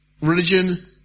religion